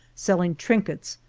selling trinkets,